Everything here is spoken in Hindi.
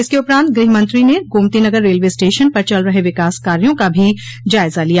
इसके उपरान्त गृहमंत्री ने गोमतीनगर रेलवे स्टेशन पर चल रहे विकास कार्यो का भी जायजा लिया